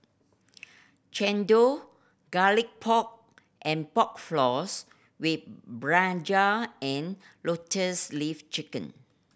chendol Garlic Pork and Pork Floss with brinjal and Lotus Leaf Chicken